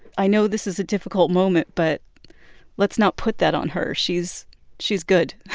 i know this is a difficult moment, but let's not put that on her. she's she's good.